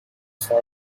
far